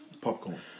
Popcorn